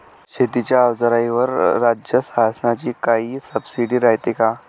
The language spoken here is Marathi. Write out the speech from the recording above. शेतीच्या अवजाराईवर राज्य शासनाची काई सबसीडी रायते का?